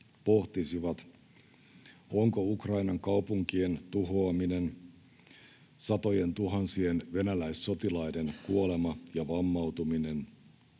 pohtisivat, ovatko Ukrainan kaupunkien tuhoaminen, satojentuhansien venäläissotilaiden kuolema ja vammautuminen,